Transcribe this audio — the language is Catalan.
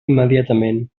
immediatament